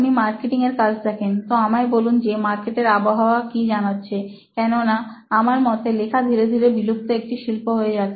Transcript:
আপনি মার্কেটিংয়ের কাজ দেখেন তো আমাকে বলুন যে মার্কেটের আবহাওয়া কি জানাচ্ছে কেননা আমার মতে লেখা ধীরে ধীরে বিলুপ্ত একটি শিল্প হয়ে যাচ্ছে